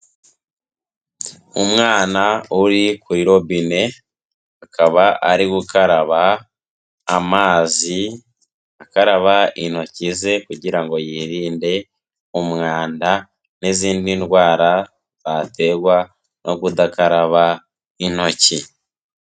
Umwana uri kuri robine, akaba ari gukaraba amazi, akaraba intoki ze kugira ngo yirinde umwanda n'izindi ndwara zaterwa no kudakaraba intoki.